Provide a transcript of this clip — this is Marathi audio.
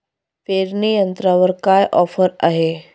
पेरणी यंत्रावर काय ऑफर आहे?